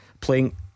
Playing